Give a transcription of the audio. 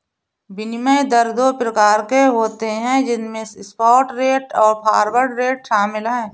विनिमय दर दो प्रकार के होते है जिसमे स्पॉट रेट और फॉरवर्ड रेट शामिल है